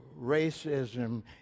racism